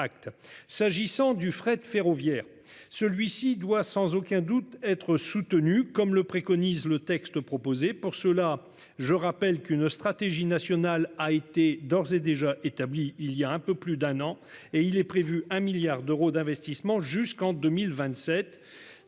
S'agissant du fret ferroviaire. Celui-ci doit sans aucun doute être soutenu comme le préconise le texte proposé pour cela. Je rappelle qu'une stratégie nationale a été d'ores et déjà établi il y a un peu plus d'un an et il est prévu un milliard d'euros d'investissements jusqu'en 2027